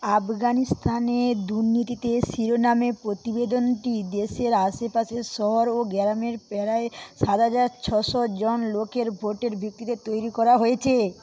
আফগানিস্তানের দুর্নীতি শিরোনামে প্রতিবেতনটি দেশের আশেপাশের শহর ও গেরামের প্রায় সাত হাজার ছশোজন লোকের ভোটের ভিত্তিতে তৈরি করা হয়েছে